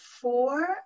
four